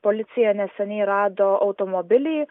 policija neseniai rado automobilį